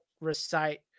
recite